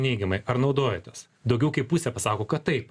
neigiamai ar naudojotės daugiau kaip pusė pasako kad taip